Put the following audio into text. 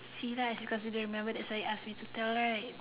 see lah it's because you didn't remember that's why you ask digital right